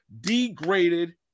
degraded